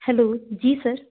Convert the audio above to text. hello ji sir